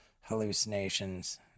hallucinations